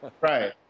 Right